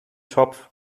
topf